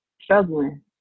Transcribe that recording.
struggling